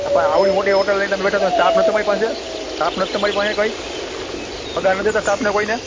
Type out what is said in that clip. પણ આવડી મોટી હોટલ લઈને તમે બેઠા સ્ટાફ નથી તમારી પાસે સ્ટાફ નથી તમારી પાસે કોઈ પગાર નથી દેતા સ્ટાફને કોઈને